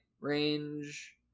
range